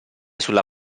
sulla